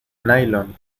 nailon